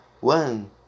one